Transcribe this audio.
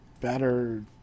better